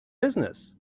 business